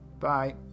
Bye